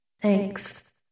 Thanks